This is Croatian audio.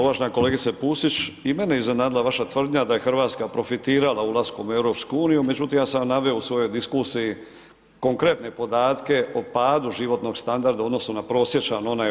Uvažena kolegice Pusić, i mene je iznenadila vaša tvrdnja da je Hrvatska profitirala ulaskom u EU, međutim ja sam vam naveo u svojoj diskusiji konkretne podatke o padu životnog standarda, odnosno na prosječan onaj u EU.